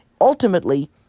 Ultimately